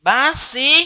Basi